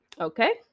Okay